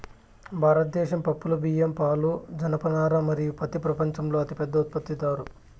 భారతదేశం పప్పులు, బియ్యం, పాలు, జనపనార మరియు పత్తి ప్రపంచంలోనే అతిపెద్ద ఉత్పత్తిదారు